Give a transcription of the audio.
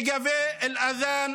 לגבי (אומר בערבית:),